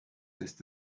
ist